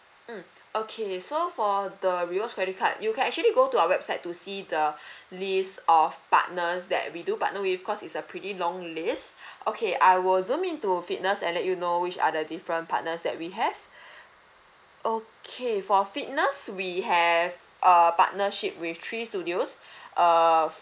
mm okay so for the rewards credit card you can actually go to our website to see the list of partners that we do partner with because it's a pretty long list okay I will zoom into fitness and let you know which are the different partners that we have okay for fitness we have err partnership with three studios err